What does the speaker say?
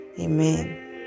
amen